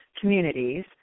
communities